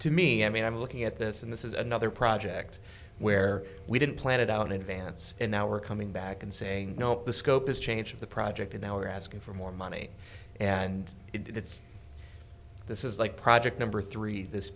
to me i mean i'm looking at this and this is another project where we didn't plan it out in advance and now we're coming back and saying nope the scope is change of the project in our asking for more money and it's this is like project number three this